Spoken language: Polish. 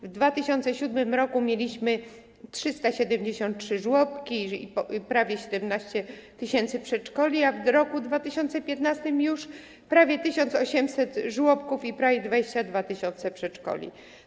W 2007 r. mieliśmy 373 żłobki i prawie 17 tys. przedszkoli, a w roku 2015 - już prawie 1800 żłobków i prawie 22 tys. przedszkoli.